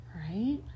right